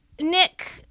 Nick